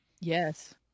Yes